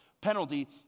penalty